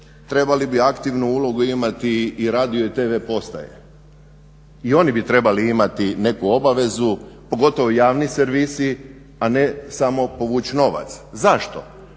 trebali bi aktivnu ulogu imati i radio i TV postaje i oni bi trebali imati neku obavezu pogotovo javni servisi, a ne samo povuć novac. Zašto,